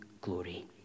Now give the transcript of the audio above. glory